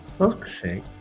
Okay